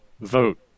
vote